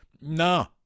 no